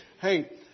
Hey